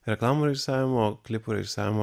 reklamų režisavimo klipų režisavimo